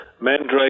Mandrake